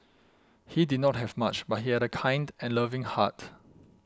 he did not have much but he had a kind and loving heart